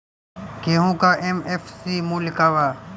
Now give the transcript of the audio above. गेहू का एम.एफ.सी मूल्य का बा?